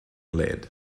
lead